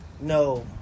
No